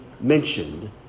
mentioned